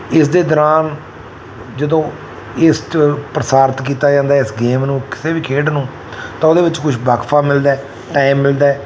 ਇਸ ਦੇ ਦੌਰਾਨ ਜਦੋਂ ਇਸ 'ਚ ਪ੍ਰਸਾਰਿਤ ਕੀਤਾ ਜਾਂਦਾ ਹੈ ਇਸ ਗੇਮ ਨੂੰ ਕਿਸੇ ਵੀ ਖੇਡ ਨੂੰ ਤਾਂ ਉਹਦੇ ਵਿੱਚ ਕੁਛ ਵਕਫਾ ਮਿਲਦਾ ਟਾਇਮ ਮਿਲਦਾ